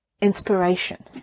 inspiration